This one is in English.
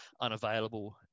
unavailable